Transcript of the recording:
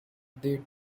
they